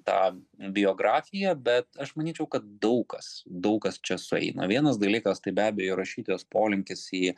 tą biografiją bet aš manyčiau kad daug kas daug kas čia sueina vienas dalykas tai be abejo rašytojos polinkis į